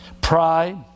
Pride